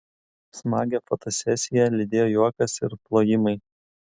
smagią fotosesiją lydėjo juokas ir plojimai